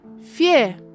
Fear